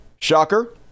Shocker